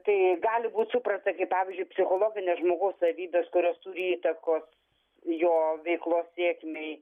tai gali būt suprasta kaip pavyzdžiui psichologinės žmogaus savybės kurios turi įtakos jo veiklos sėkmei